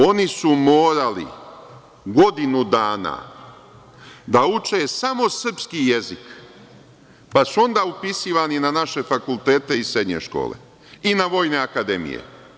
Oni su morali godinu dana da uče samo srpski jezik, pa su onda upisivani na naše fakultete i srednje škole i na vojne akademije.